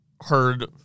heard